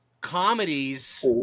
comedies